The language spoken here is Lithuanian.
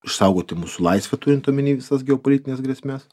išsaugoti mūsų laisvę turint omeny visas geopolitines grėsmes